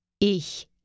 Ich